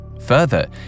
Further